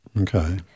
Okay